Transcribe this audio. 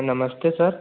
नमस्ते सर